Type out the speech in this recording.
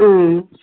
ꯎꯝ